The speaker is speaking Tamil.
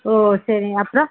ஓ சரிங்க அப்பறோம்